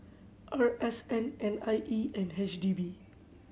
R S N N I E and H D B